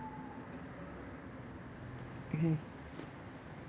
mmhmm